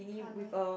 color